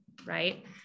Right